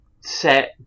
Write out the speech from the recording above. Set